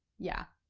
yeah.